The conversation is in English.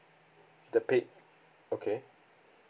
the paid okay